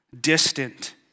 distant